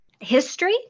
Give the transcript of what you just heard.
history